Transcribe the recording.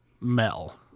Mel